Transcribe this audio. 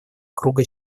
круга